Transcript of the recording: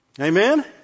Amen